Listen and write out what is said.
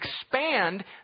expand